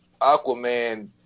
Aquaman